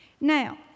Now